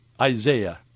Isaiah